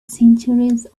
centuries